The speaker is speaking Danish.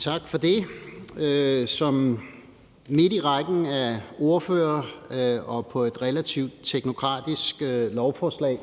Tak for det. Som ordfører midt i rækken af ordførere og ved et relativt teknokratisk lovforslag